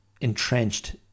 entrenched